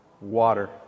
Water